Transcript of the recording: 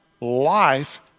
Life